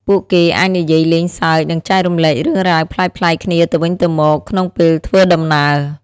ពួកគេអាចនិយាយលេងសើចនឹងចែករំលែករឿងរ៉ាវប្លែកៗគ្នាទៅវិញទៅមកក្នុងពេលធ្វើដំណើរ។